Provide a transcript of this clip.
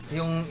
yung